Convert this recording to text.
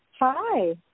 Hi